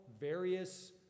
Various